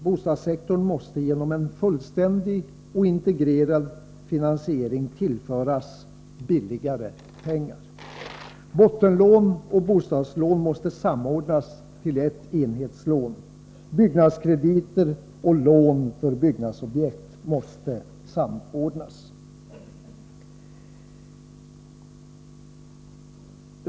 Bostadssektorn måste genom en fullständig och integrerad finansiering tillföras ”billigare pengar”. Bottenlån och bostadslån måste samordnas till ett enhetslån, byggnadskrediter och lån för byggnadsobjektet måste samordnas.